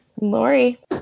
Lori